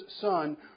Son